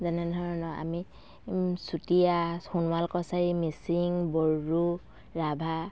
যেনে ধৰণৰ আমি চুতীয়া সোণোৱাল কছাৰী মিচিং বড়ো ৰাভা